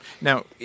Now